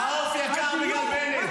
הדיור,